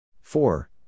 four